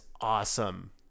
awesome